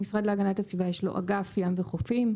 למשרד להגנת הסביבה יש אגף ים וחופים,